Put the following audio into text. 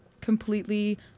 completely